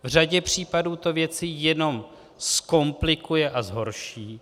V řadě případů to věci jenom zkomplikuje a zhorší.